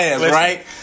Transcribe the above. right